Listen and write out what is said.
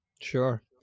Sure